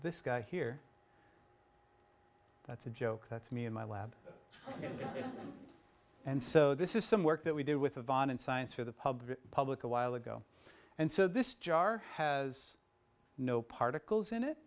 this guy here that's a joke to me in my lab and so this is some work that we do with yvonne in science for the public public a while ago and so this jar has no particles in it